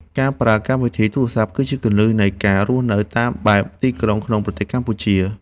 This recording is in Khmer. ការប្រើកម្មវិធីទូរសព្ទ គឺជាគន្លឹះនៃការរស់នៅតាមបែបទីក្រុងក្នុងប្រទេសកម្ពុជា។